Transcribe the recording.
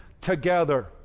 together